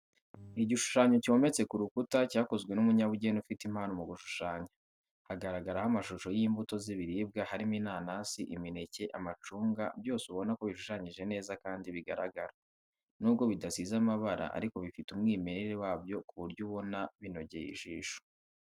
Igisushanyo cyometse ku rukuta cyakozwe n'umunyabugeni ufite impano yo gushushanya, hagaragaraho amashusho y'imbuto ziribwa harimo inanasi, imineke, amacunga byose ubona ko bishushanyije neza kandi bigaragara. Nubwo bidasize amabara ariko bifite umwimere wabyo ku buryo ubona binogeye ijisho.